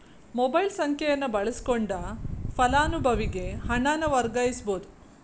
mobile ಸಂಖ್ಯೆಯನ್ನ ಬಳಸಕೊಂಡ ಫಲಾನುಭವಿಗೆ ಹಣನ ವರ್ಗಾಯಿಸಬೋದ್